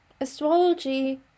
astrology